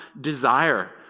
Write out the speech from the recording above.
desire